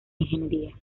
ingeniería